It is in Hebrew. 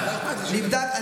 לא אכפת לי,